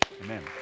Amen